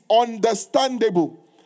understandable